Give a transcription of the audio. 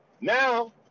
now